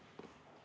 Kõik